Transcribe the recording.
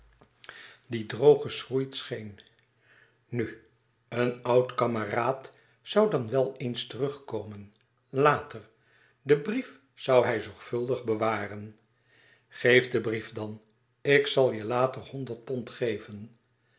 die droog geschroeid scheen nu een oud kameraad zoû dan wel eens terugkomen later den brief zoû hij zorgvuldig bewaren geef den brief dan ik zal je later honderd pond geven